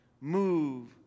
Move